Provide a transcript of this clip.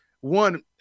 One